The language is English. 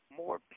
more